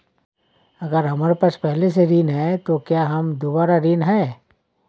अगर हमारे पास पहले से ऋण है तो क्या हम दोबारा ऋण हैं?